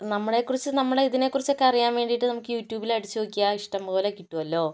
നമ്മളെ കുറിച്ച് നമ്മൾ ഇതിനെ കുറിച്ച് ഒക്കെ അറിയാൻ വേണ്ടിയിട്ട് നമുക്ക് യൂട്യൂബിൽ അടിച്ച് നോക്കിയാൽ ഇഷ്ടം പോലെ കിട്ടുമല്ലോ